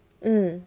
mm